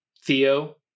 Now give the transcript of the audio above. Theo